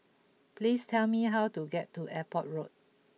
please tell me how to get to Airport Road